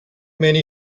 many